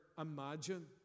imagine